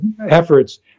efforts